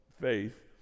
faith